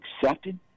accepted